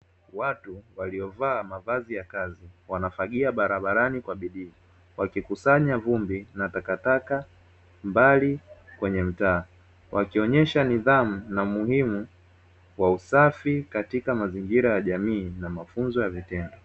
Watu waliovaa mavazi ya kazi wanafagia barabarani kwa bidii wakikusanya vumbi na takataka mbali kwenye mtaa, wakionyesha nidhamu na muhimu wa usafi katika mazingira ya jamii na mafunzo ya vitendo.